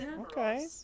okay